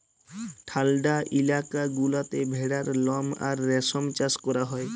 ঠাল্ডা ইলাকা গুলাতে ভেড়ার লম আর রেশম চাষ ক্যরা হ্যয়